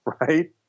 right